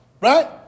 Right